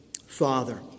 father